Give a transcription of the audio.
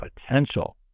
potential